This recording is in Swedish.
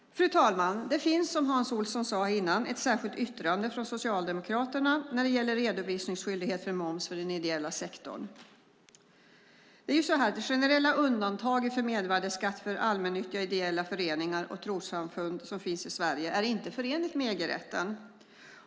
Fru talman! Det finns, som Hans Olsson sade, ett särskilt yttrande från Socialdemokraterna gällande redovisningsskyldighet för moms för den ideella sektorn. Det generella undantaget från mervärdesskatt för allmännyttiga ideella föreningar och trossamfund som finns i Sverige är ju inte förenligt med EG-rätten.